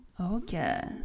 Okay